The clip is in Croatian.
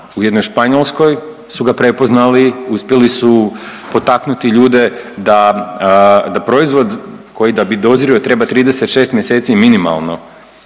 u jednom Španjolskoj su ga prepoznali, uspjeli su potaknuti ljude da, da proizvod koji da bi dozrio treba 36 mjeseci minimalno